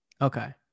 Okay